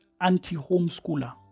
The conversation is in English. anti-homeschooler